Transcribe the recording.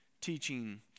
teaching